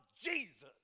Jesus